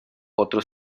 otro